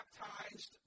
baptized